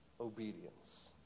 obedience